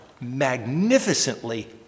magnificently